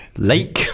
Lake